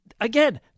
again